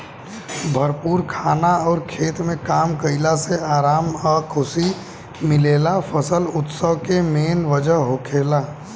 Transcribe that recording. भरपूर खाना अउर खेत में काम कईला से आराम आ खुशी मिलेला फसल उत्सव के मेन वजह होखेला